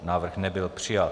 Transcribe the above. Návrh nebyl přijat.